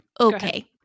okay